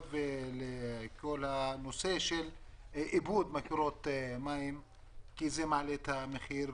ולכל הנושא של איבוד מקורות מים כי זה מעלה את המחיר.